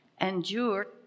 endured